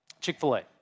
Chick-fil-A